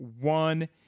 one